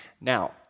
Now